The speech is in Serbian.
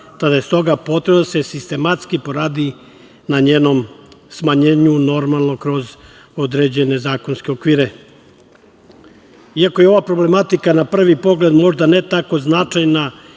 te da je stoga potrebno da se sistematski poradi na njenom smanjenju normalno kroz određene zakonske okvire. Iako je ovaj problematika na prvi pogled možda ne tako značajna